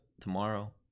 tomorrow